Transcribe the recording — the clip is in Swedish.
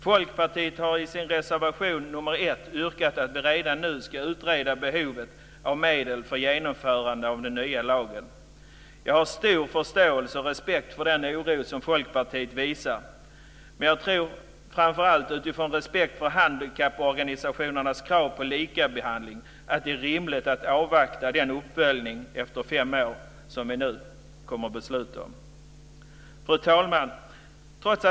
Folkpartiet har i sin reservation nr 1 yrkat att man redan nu ska utreda behovet av medel för genomförande av den nya lagen. Jag har stor förståelse och respekt för den oro som Folkpartiet visar. Men med respekt för handikapporganisationernas krav på likabehandling tror jag att det är rimligt att avvakta den uppföljning som ska ske efter fem år och som vi nu ska besluta om. Fru talman!